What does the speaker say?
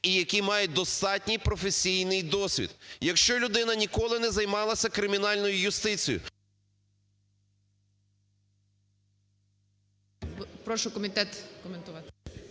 і які мають достатній професійний досвід. Якщо людина ніколи не займалась кримінальною юстицією…